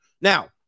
Now